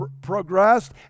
progressed